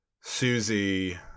Susie